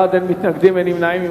19 בעד, אין מתנגדים, אין נמנעים.